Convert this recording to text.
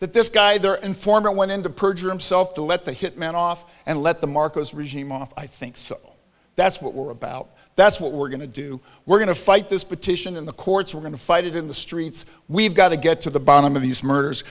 that this guy there and former went in to perjure himself to let the hitman off and let the marcos regime off i think so that's what we're about that's what we're going to do we're going to fight this petition in the courts we're going to fight it in the streets we've got to get to the bottom of these murders